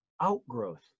outgrowth